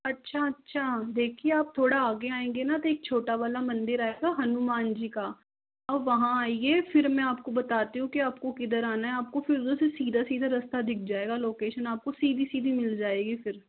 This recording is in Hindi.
अच्छा अच्छा देखिए आप थोड़ा आगे आएँगे न तो एक छोटा वाला मंदिर आएगा हनुमान जी का आप वहाँ आईए फिर मैं आपको बताती हूँ की आपको किधर आना है आपको फिर सीधा सीधा रस्ता दिख जाएगा लोकेशन आपको सीधी सीधी मिल जाएगी फिर